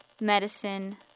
medicine